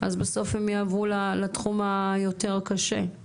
אז בסוף הן יעברו לתחום היותר קשה וזה זנות.